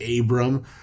Abram